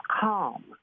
calm